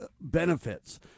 benefits